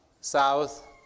south